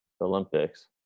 Olympics